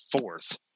fourth